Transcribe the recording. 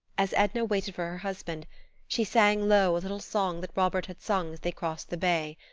as edna waited for her husband she sang low a little song that robert had sung as they crossed the bay.